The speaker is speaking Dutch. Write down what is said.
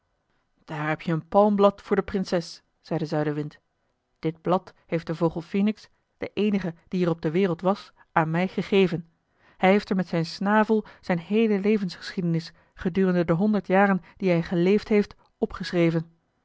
daar heb je een palmblad voor de prinses zei de zuidenwind dit blad heeft de vogel phoenix de eenige die er op de wereld was aan mij gegeven hij heeft er met zijn snavel zijn heele levensgeschiedenis gedurende de honderd jaren die hij geleefd heeft